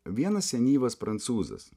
vienas senyvas prancūzas